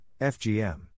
FGM